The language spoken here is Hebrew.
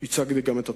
והצגתי גם את התוצאות.